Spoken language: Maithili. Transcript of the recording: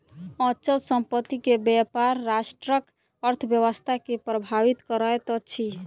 अचल संपत्ति के व्यापार राष्ट्रक अर्थव्यवस्था के प्रभावित करैत अछि